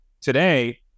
today